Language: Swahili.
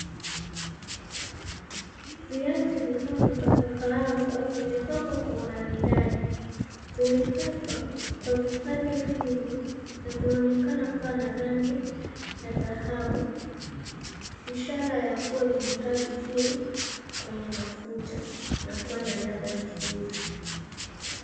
Viazi vikavu vya kukaangwa vimepangwa kwa umaridadi. Vimekatwa kwa vipande finyu na vinaonekana kuwa na rangi ya dhahabu ishara ya kuwa vimekaa vizuri kwenye mafuta na kuwa na ladha nzuri.